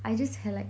I just had like